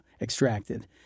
extracted